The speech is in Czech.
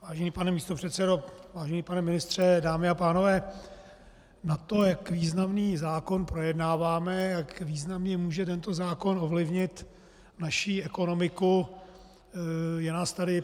Vážený pane místopředsedo, vážený pane ministře, dámy a pánové, na to, jak významný zákon projednáváme a jak významně může tento zákon ovlivnit naši ekonomiku, je nás tady pramálo.